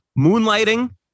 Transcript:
Moonlighting